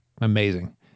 amazing